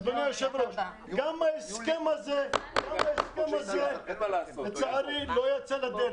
אדוני היושב ראש, גם ההסכם הזה לצערי לא יצא לדרך.